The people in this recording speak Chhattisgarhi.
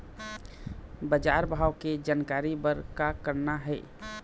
बजार भाव के जानकारी बर का करना हे?